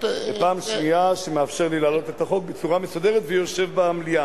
-- ופעם שנייה שמאפשר לי להעלות את החוק בצורה מסודרת ויושב במליאה.